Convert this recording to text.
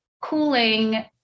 cooling